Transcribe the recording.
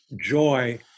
joy